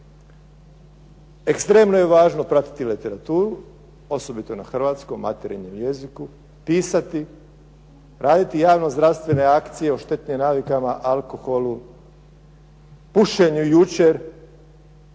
Ekstremno je važno pratiti literaturu, osobito na hrvatskom materinjem jeziku, pisati, raditi javno zdravstvene akcije o štetnim navikama, alkoholu, pušenju jučer,